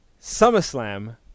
SummerSlam